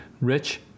rich